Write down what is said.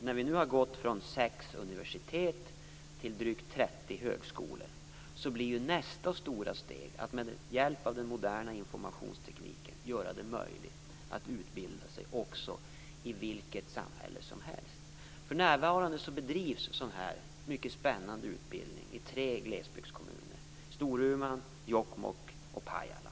När vi nu har gått från sex universitet till drygt 30 högskolor ser jag framför mig att nästa stora steg blir att med hjälp av den moderna informationstekniken göra det möjligt att utbilda sig i vilket samhälle som helst. För närvarande bedrivs sådan här mycket spännande utbildning i tre glesbygdskommuner, nämligen Storuman, Jokkmokk och Pajala.